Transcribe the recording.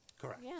Correct